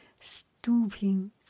Stooping